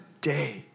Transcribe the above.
day